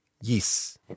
Yes